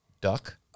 Duck